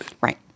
Right